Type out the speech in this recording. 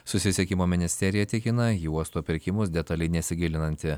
susisiekimo ministerija tikina į uosto pirkimus detaliai nesigilinanti